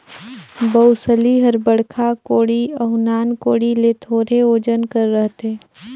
बउसली हर बड़खा कोड़ी अउ नान कोड़ी ले थोरहे ओजन कर रहथे